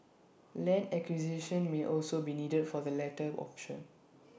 land acquisitions may also be needed for the latter option